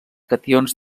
cations